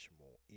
more